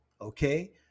okay